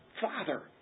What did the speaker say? Father